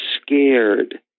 Scared